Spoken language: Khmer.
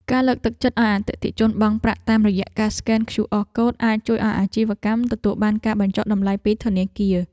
ការលើកទឹកចិត្តឱ្យអតិថិជនបង់ប្រាក់តាមរយៈការស្កែនឃ្យូអរកូដអាចជួយឱ្យអាជីវកម្មទទួលបានការបញ្ចុះតម្លៃពីធនាគារ។